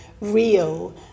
real